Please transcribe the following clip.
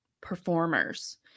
performers